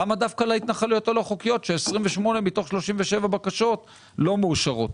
למה דווקא על ההתנחלויות הלא חוקיות כאשר 28 מתוך 37 בקשות לא מאושרות?